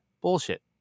bullshit